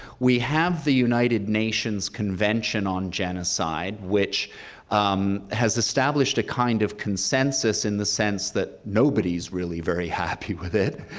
we have the united nations convention on genocide, which has established a kind of consensus in the sense that nobody's really very happy with it,